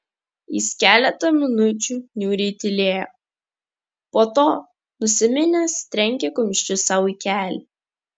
jis keletą minučių niūriai tylėjo po to nusiminęs trenkė kumščiu sau į kelį